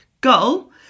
goal